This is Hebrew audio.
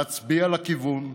להצביע על כיוון,